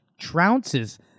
trounces